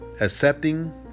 accepting